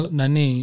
nani